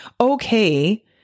okay